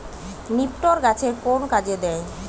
নিপটর গাছের কোন কাজে দেয়?